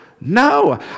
No